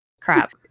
Crap